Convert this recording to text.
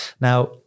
now